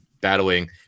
battling